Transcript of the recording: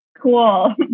cool